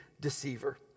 deceiver